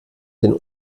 den